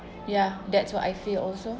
ya that's what I feel also